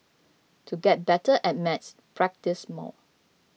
to get better at maths practise more